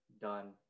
done